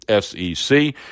SEC